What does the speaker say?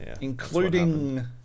Including